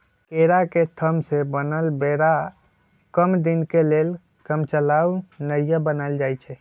केरा के थम से बनल बेरा कम दीनके लेल कामचलाउ नइया बनाएल जाइछइ